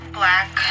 black